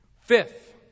Fifth